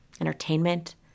entertainment